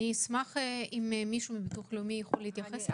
האם מישהו מביטוח לאומי יכול להתייחס לזה?